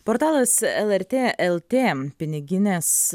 portalas lrt lt piniginės